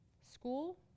School